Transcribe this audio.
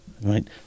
right